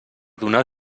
donar